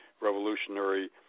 revolutionary